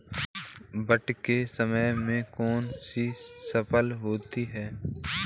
बाढ़ के समय में कौन सी फसल होती है?